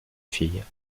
fille